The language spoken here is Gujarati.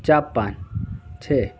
જાપાન છે